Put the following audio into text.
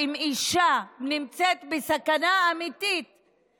מי שעזר לי להקים את ועדת המשנה היה חבר